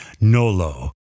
Nolo